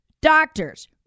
doctors